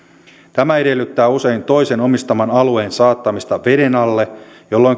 tämä edellyttää usein toisen omistaman alueen saattamista veden alle jolloin